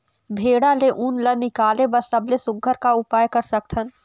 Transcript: भेड़ा ले उन ला निकाले बर सबले सुघ्घर का उपाय कर सकथन?